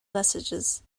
messages